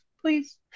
please